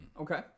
Okay